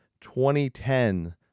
2010